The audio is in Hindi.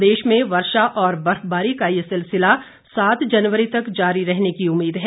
प्रदेश में वर्षा व बर्फबारी का ये सिलसिला सात जनवरी तक जारी रहने की उम्मीद है